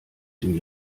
dem